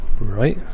Right